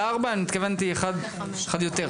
התכוונתי אחד יותר.